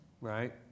right